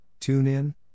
TuneIn